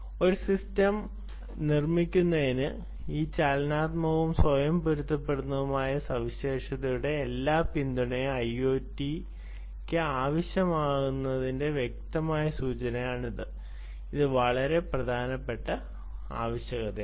ഒരു സിസ്റ്റം നിർമ്മിക്കുന്നതിന് ഈ ചലനാത്മകവും സ്വയം പൊരുത്തപ്പെടുന്നതുമായ സവിശേഷതയുടെ എല്ലാ പിന്തുണയും IoTന് ആവശ്യമാണെന്നതിന്റെ വ്യക്തമായ സൂചകമാണ് ഇത് ഇത് വളരെ പ്രധാനപ്പെട്ട ആവശ്യകതയാണ്